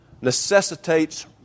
necessitates